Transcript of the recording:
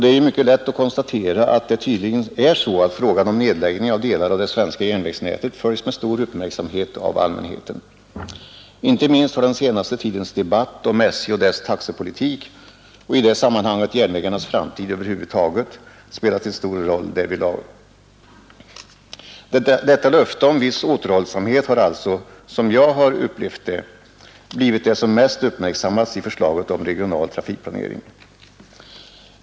Det är lätt att konstatera att frågan om nedläggning av delar av det svenska järnvägsnätet följs med stor uppmärksamhet av allmänheten. Inte minst har den senaste tidens debatt om SJ och dess taxepolitik och i det sammanhanget järnvägarnas framtid över huvud taget spelat en stor roll därvidlag. Löftet om viss återhållsamhet har alltså, som jag har upplevt det, blivit det som mest uppmärksammats i förslaget om regional trafikplanering.